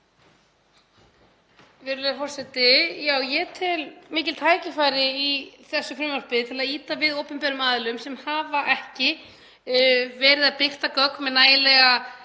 Virðulegi forseti. Já, ég tel mikil tækifæri í þessu frumvarpi til að ýta við opinberum aðilum sem hafa ekki verið að birta gögn með nægilega